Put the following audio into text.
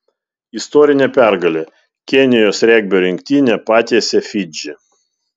istorinė pergalė kenijos regbio rinktinė patiesė fidžį